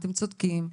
אתם צודקים,